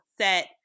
set